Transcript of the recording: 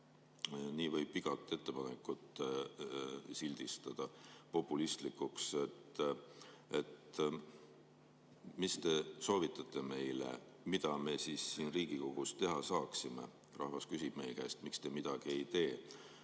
Nii võib igat ettepanekut sildistada populistlikuks. Mis te soovitate meile, mida me siis siin Riigikogus teha saaksime? Rahvas küsib meie käest, miks me midagi ei tee.